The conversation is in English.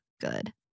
good